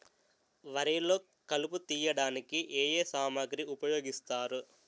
వరిలో కలుపు తియ్యడానికి ఏ ఏ సామాగ్రి ఉపయోగిస్తారు?